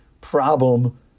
problem